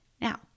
Now